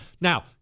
Now